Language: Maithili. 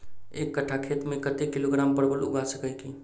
एक कट्ठा खेत मे कत्ते किलोग्राम परवल उगा सकय की??